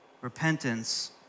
repentance